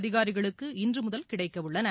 அதிகாரிகளுக்கு இன்று முதல் கிடைக்கவுள்ளன